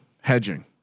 Hedging